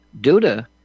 Duda